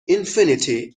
infinity